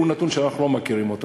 הוא נתון שאנחנו לא מכירים.